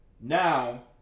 now